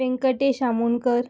Venkatesh Amonkar